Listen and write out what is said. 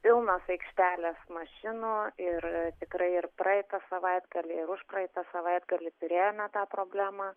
pilnos aikštelės mašinų ir tikrai ir praeitą savaitgalį ir užpraeitą savaitgalį turėjome tą problemą